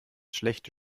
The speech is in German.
schlechte